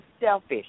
selfish